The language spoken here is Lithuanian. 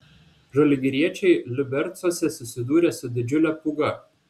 žalgiriečiai liubercuose susidūrė su didžiule pūga